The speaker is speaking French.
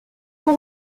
pour